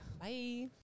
Bye